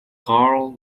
karl